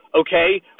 Okay